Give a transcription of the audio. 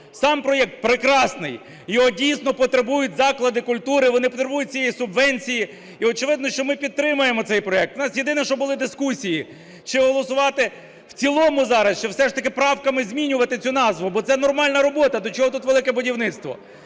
Сам проект прекрасний. Його, дійсно, потребують заклади культури, вони потребують цієї субвенції. І очевидно, що ми підтримаємо цей проект. У нас, єдине, що були дискусії: чи голосувати в цілому зараз, чи все ж таки правками змінювати цю назву. Бо це нормальна робота, до чого тут додали "Велике будівництво"?